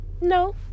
No